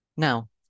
Now